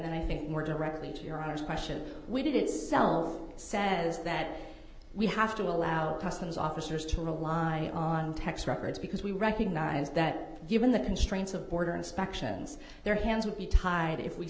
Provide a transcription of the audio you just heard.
and i think more directly to your honor's question we did it is self says that we have to allow customs officers to rely on tax records because we recognize that given the constraints of border inspections their hands would be tied if we